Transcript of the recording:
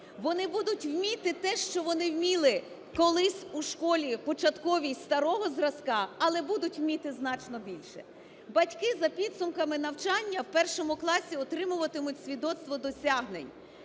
Вони будуть вміти те, що вміли колись у школі початковій старого зразка, але будуть вміти значно більше. Батьки за підсумками навчання в першому класі отримуватимуть свідоцтво досягнень.